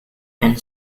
and